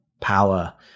power